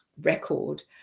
record